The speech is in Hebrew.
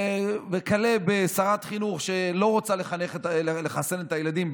ויש לו שרת חינוך שלא רוצה לחסן את הילדים,